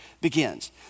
begins